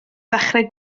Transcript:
ddechrau